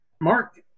Mark